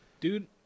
dude